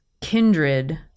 Kindred